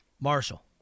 Marshall